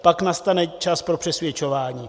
Pak nastane čas pro přesvědčování.